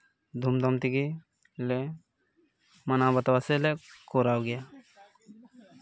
ᱫᱷᱩᱢᱫᱷᱟᱢ ᱛᱮᱜᱮ ᱞᱮ ᱢᱟᱱᱟᱣ ᱵᱟᱛᱟᱣᱟ ᱥᱮᱞᱮ ᱠᱚᱨᱟᱣ ᱜᱮᱭᱟ